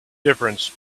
difference